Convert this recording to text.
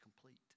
complete